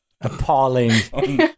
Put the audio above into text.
Appalling